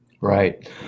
Right